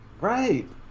Right